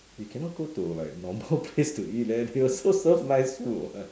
we cannot go to like normal place to eat leh they also serve nice food [what]